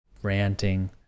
ranting